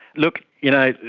look, you know,